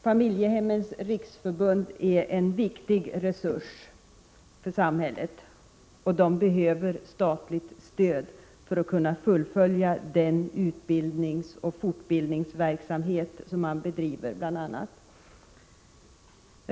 Familjehemmens riksförbund är en viktig resurs för samhället, och man behöver statligt stöd för att kunna fullfölja den utbildningsoch fortbildningsverksamhet som man bl.a. bedriver.